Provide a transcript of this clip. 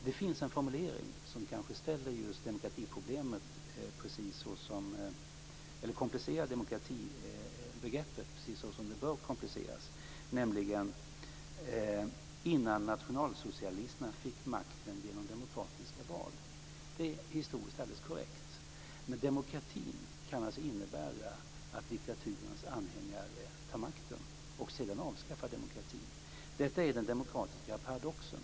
Det finns en formulering som komplicerar demokratibegreppet precis så som det bör kompliceras, nämligen: Innan nationalsocialisterna fick makten genom demokratiska val. Det är historiskt alldeles korrekt. Demokrati kan alltså innebära att diktaturens anhängare tar makten och sedan avskaffar demokratin. Detta är den demokratiska paradoxen.